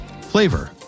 Flavor